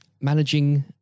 managing